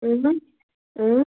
اۭں اۭں